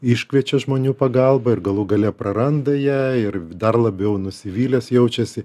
iškviečia žmonių pagalbą ir galų gale praranda ją ir dar labiau nusivylęs jaučiasi